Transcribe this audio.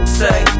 say